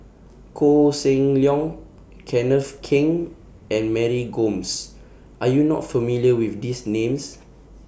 Koh Seng Leong Kenneth Keng and Mary Gomes Are YOU not familiar with These Names